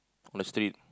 on the street